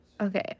okay